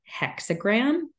hexagram